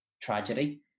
tragedy